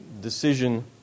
decision